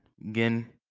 again